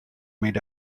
made